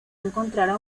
encontrará